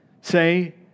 say